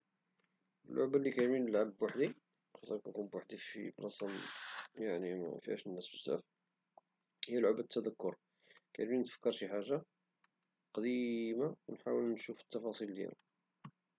اللعبة لي كيعجبني نلعب بوحدي ملي كنكون فشي بلاصة بوحدي مفهاش الناس بزاف هي لعبة التذكر ، كيعجبني نتفكر شي حاجة قديمة ونحاول نشوف التفاصيل ديالها